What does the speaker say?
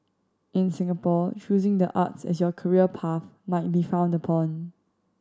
in Singapore choosing the arts as your career path might be frowned upon